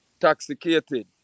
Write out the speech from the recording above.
Toxicated